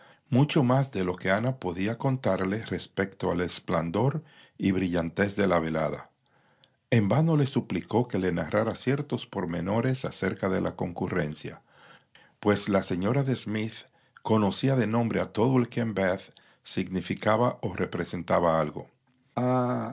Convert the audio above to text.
mucho más de lo que ana podía contarle respecto al esplendor y brillantez de la velada en vano le suplicó que le narrara ciertos pormenores acerca de la concurrencia pues la señora de smith conocía de nombre a todo el que en bath significaba o representaba algo